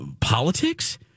politics